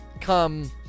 come